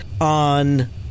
on